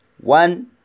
one